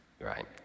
Right